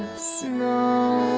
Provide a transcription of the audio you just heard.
snow,